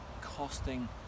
costing